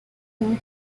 hills